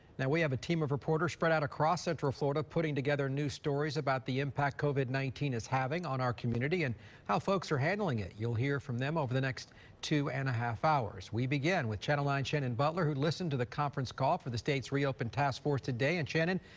now we have a team of reporters spread out across central florida putting together new stories about the impact covid nineteen is having on our community and how folks are handling it you'll hear from them over the next two and a half hours we begin with channel line shannon butler who listen to the conference call for the state's reopen task for today and shannon,